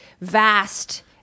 vast